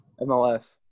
mls